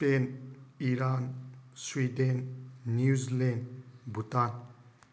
Spain Iran Sweden New Zealand Bhutan